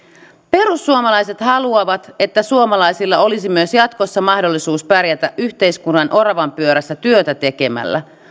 perussuomalaiset haluavat että suomalaisilla olisi myös jatkossa mahdollisuus pärjätä yhteiskunnan oravanpyörässä työtä tekemällä